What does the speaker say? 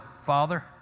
Father